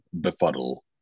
befuddle